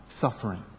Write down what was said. suffering